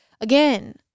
Again